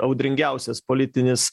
audringiausias politinis